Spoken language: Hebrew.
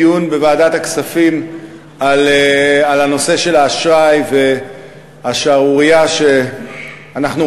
דיון בוועדת הכספים על הנושא של האשראי והשערורייה שאנחנו